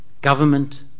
government